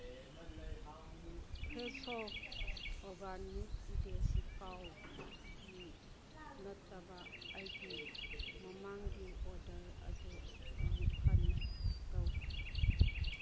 Fresho organic desi cow ꯒꯤ ꯅꯠꯇꯕ ꯑꯩꯒꯤ ꯃꯃꯥꯡꯒꯤ ꯑꯣꯗꯔ ꯑꯗꯨ ꯑꯃꯨꯛ ꯍꯟꯅ ꯇꯧ